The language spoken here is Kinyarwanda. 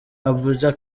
abuja